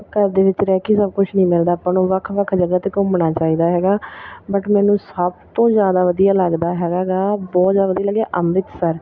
ਘਰ ਦੇ ਵਿੱਚ ਰਹਿ ਕੇ ਸਭ ਕੁਛ ਨਹੀਂ ਮਿਲਦਾ ਆਪਾਂ ਨੂੰ ਵੱਖ ਵੱਖ ਜਗ੍ਹਾ 'ਤੇ ਘੁੰਮਣਾ ਚਾਹੀਦਾ ਹੈਗਾ ਬਟ ਮੈਨੂੰ ਸਭ ਤੋਂ ਜ਼ਿਆਦਾ ਵਧੀਆ ਲੱਗਦਾ ਹੈਗਾ ਗਾ ਬਹੁਤ ਜ਼ਿਆਦਾ ਵਧੀਆ ਲੱਗਿਆ ਅੰਮ੍ਰਿਤਸਰ